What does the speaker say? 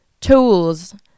tools